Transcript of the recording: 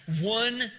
one